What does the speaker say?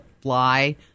fly